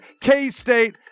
K-State